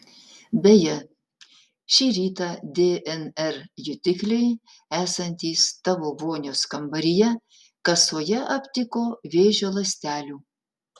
beje šį rytą dnr jutikliai esantys tavo vonios kambaryje kasoje aptiko vėžio ląstelių